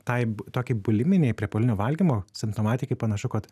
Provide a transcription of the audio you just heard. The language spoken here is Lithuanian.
tai tokai buliminei priepuolinio valgymo simptomatikai panašu kad